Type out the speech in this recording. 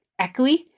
echoey